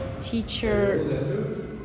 teacher